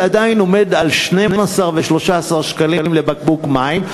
עומד על 12 ו-13 שקלים לבקבוק מים.